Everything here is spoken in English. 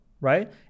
right